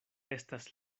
estas